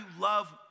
love